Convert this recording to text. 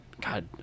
god